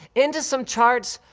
into some charts.